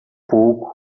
pouco